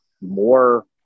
more